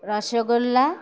rasgulla